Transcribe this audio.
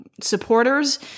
supporters